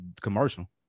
commercial